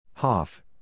HOFF